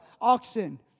oxen